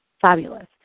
Fabulous